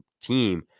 team